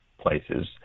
places